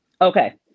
okay